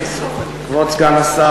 כבוד סגן השר,